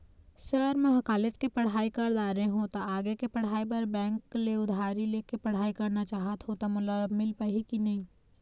Sir म ह college के पढ़ाई कर दारें हों ता आगे के पढ़ाई बर बैंक ले उधारी ले के पढ़ाई करना चाहत हों ता मोला मील पाही की नहीं?